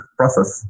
process